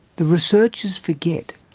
the researchers forget